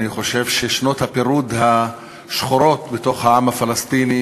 אני חושב ששנות הפירוד השחורות בתוך העם הפלסטיני